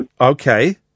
Okay